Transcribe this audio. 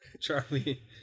Charlie